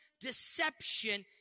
deception